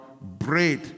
bread